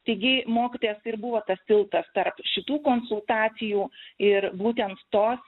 taigi mokytojas ir buvo tas tiltas tarp šitų konsultacijų ir būtent tos